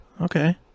Okay